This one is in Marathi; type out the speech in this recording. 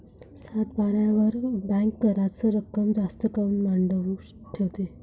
सातबाऱ्यावर बँक कराच रक्कम जास्त काऊन मांडून ठेवते?